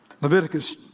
Leviticus